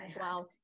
wow